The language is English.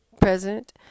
president